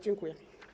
Dziękuję.